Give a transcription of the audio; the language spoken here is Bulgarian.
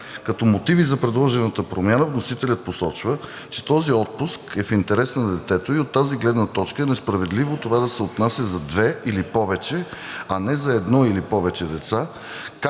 Като мотиви за предложената промяна вносителят посочва, че този отпуск е в интерес на детето и от тази гледна точка е несправедливо това да се отнася за две или повече, а не за едно или повече деца,